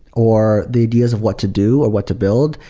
or the ideas of what to do or what to build,